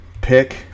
pick